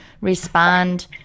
respond